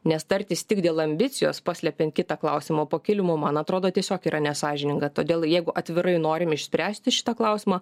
nes tartis tik dėl ambicijos paslepiant kitą klausimo po kilimu man atrodo tiesiog yra nesąžininga todėl jeigu atvirai norim išspręsti šitą klausimą